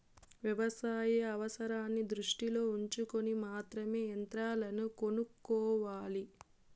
వ్యవసాయ అవసరాన్ని దృష్టిలో ఉంచుకొని మాత్రమే యంత్రాలను కొనుక్కోవాలి